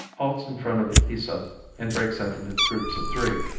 halts in front of the kisa and breaks up into groups of three.